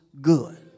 good